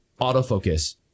autofocus